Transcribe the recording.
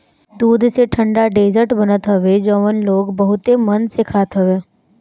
दूध से ठंडा डेजर्ट बनत हवे जवन लोग बहुते मन से खात हवे